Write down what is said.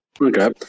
Okay